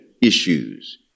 issues